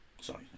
Sorry